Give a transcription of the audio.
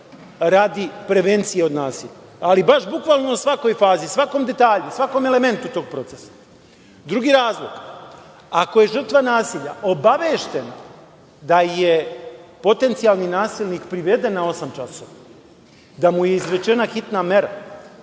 radi prevencije od nasilja. Ali, baš bukvalno o svakoj fazi, svakom detalju, svakom elementu tog procesa. Drugi razlog – ako je žrtva nasilja obavešten da je potencijalni nasilnik priveden na osam časova, da mu je izrečena hitna mera,